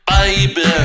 Baby